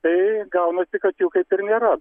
tai gaunasi kad jų kaip ir nėra